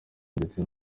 ndetse